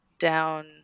Down